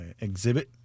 exhibit